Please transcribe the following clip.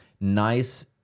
nice